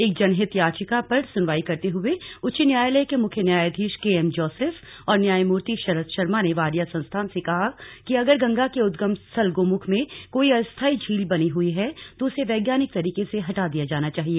एक जनहित याचिका पर सुनवाई करते हुए उच्च न्यायालय के मुख्य न्यायाधीश के एम जोसेफ और न्यायमूर्ति शरद शर्मा ने वाडिया संस्थान से कहा कि अगर गंगा के उद्गम स्थल गोमुख में कोई अस्थाई झील बनी हुई है तो उसे वैज्ञानिक तरीके से हटा दिया जाना चाहिए